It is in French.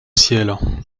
ciel